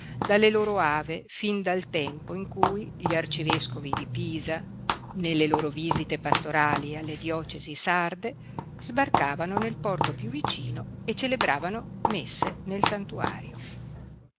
dalle loro ave fin dal tempo in cui gli arcivescovi di pisa nelle loro visite pastorali alle diocesi sarde sbarcavano nel porto piú vicino e celebravano messe nel santuario